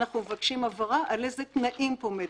אנחנו מבקשים הבהרה על איזה תנאים פה מדובר.